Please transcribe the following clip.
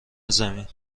زمین